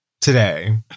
today